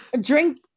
Drink